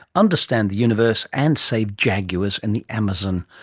understand the universe and save jaguars in the amazon.